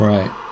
Right